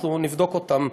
אנחנו נבדוק אותן,